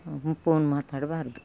phone ಮಾತಾಡಬಾರ್ದು